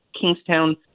Kingstown